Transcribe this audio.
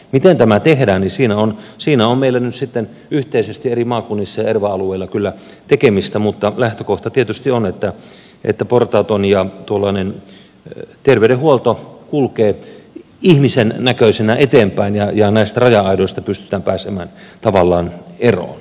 miten tämä tehdään siinä on meillä nyt sitten yhteisesti eri maakunnissa ja erva alueilla kyllä tekemistä mutta lähtökohta tietysti on portaattomuus ja se että terveydenhuolto kulkee ihmisennäköisenä eteenpäin ja näistä raja aidoista pystytään pääsemään tavallaan eroon